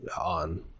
on